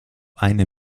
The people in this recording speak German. eine